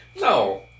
No